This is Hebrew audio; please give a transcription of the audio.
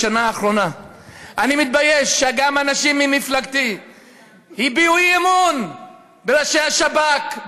בשנה האחרונה אני מתבייש שגם אנשים ממפלגתי הביעו אי-אמון בראשי השב"כ,